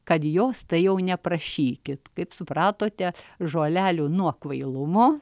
kad jos tai jau neprašykit kaip supratote žolelių nuo kvailumo